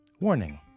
Warning